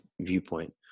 viewpoint